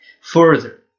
further